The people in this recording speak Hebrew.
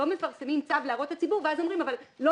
לא מפרסמים צו להראות לציבור ואז אומרים: אבל לא